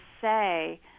say